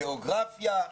גיאוגרפיה,